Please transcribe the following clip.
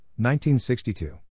1962